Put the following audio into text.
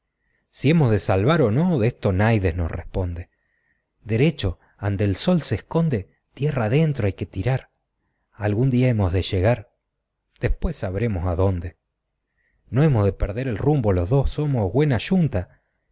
si hemos de salvar o no de esto naides nos responde derecho ande el sol se esconde tierra adentro hay que tirar algún día hemos de llegardespués sabremos a dónde no hemos de perder el rumbo los dos somos güena yunta